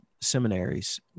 seminaries